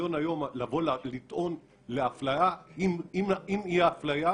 הניסיון היום לבוא ולטעון לאפליה אם זאת אפליה,